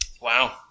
Wow